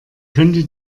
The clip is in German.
könnte